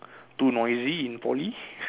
too noisy in poly